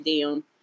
down